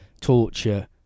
torture